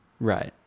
Right